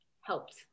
helped